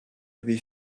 avez